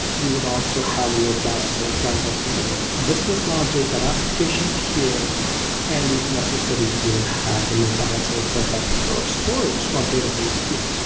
you would also have a load balance but in front of your business logic or application tier and if necessary you would have a load balance in front of your storage or database tier.